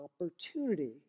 opportunity